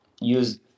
Use